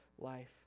life